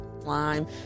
lime